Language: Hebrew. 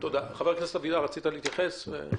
חבר הכנסת אבידר, בבקשה.